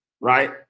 right